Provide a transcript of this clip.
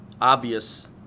obvious